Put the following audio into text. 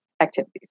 activities